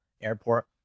airport